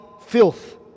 filth